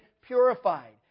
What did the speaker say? purified